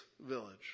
village